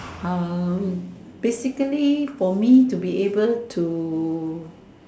um basically for me to be able to